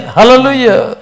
Hallelujah